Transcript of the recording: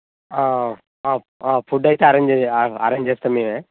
food అయితే arrange చే arrange చేస్తాం మేము